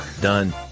Done